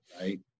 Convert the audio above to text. Right